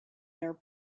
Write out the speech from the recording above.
their